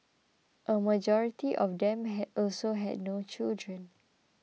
a majority of them had also had no children